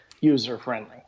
user-friendly